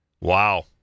Wow